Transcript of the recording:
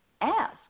ask